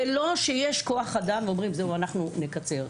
זה לא שיש כוח אדם ואומרים זהו, אנחנו נקצר.